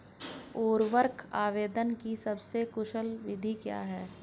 उर्वरक आवेदन की सबसे कुशल विधि क्या है?